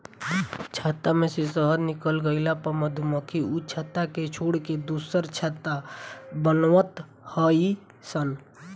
छत्ता में से शहद निकल गइला पअ मधुमक्खी उ छत्ता के छोड़ के दुसर छत्ता बनवत हई सन